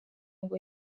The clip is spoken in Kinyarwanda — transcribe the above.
ngo